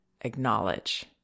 acknowledge